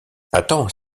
attends